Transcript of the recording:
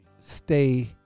stay